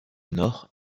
nord